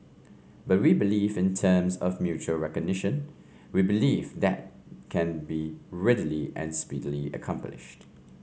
but we believe in terms of mutual recognition we believe that can be readily and speedily accomplished